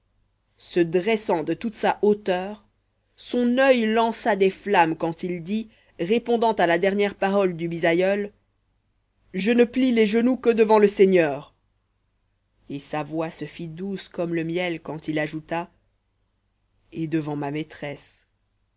se dressant de toute sa hauteur son oeil lança des flammes quand il dit répondant à la dernière parole du bisaïeul je ne plie les genoux que devant le seigneur et sa voix se fit douce comme le miel quand il ajoute et devant ma maîtresse